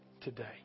today